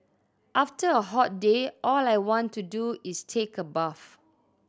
after a hot day all I want to do is take a bath